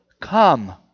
Come